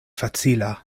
facila